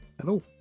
Hello